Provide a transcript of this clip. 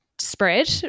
spread